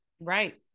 Right